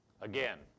Again